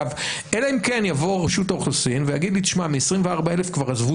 אלא אם כן יבואו מרשות האוכלוסין ויגידו לי שמ-24,000 כבר עברו